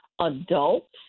adults